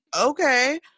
okay